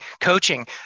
coaching